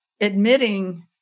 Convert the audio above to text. admitting